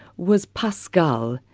was pascal,